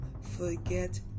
forget